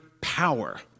power